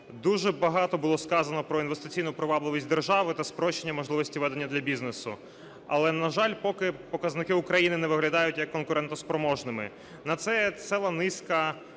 дуже багато було сказано про інвестиційну привабливість держави та спрощення можливості ведення для бізнесу. Але, на жаль, поки показники України не виглядають як конкурентоспроможними. На це є ціла низка